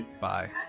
Bye